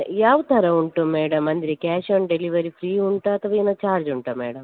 ಯಾವ ಥರ ಉಂಟು ಮೇಡಮ್ ಅಂದರೆ ಕ್ಯಾಶ್ ಆನ್ ಡೆಲಿವರಿ ಫ್ರೀ ಉಂಟಾ ಅಥವಾ ಏನು ಚಾರ್ಜ್ ಉಂಟಾ ಮೇಡಮ್